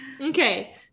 Okay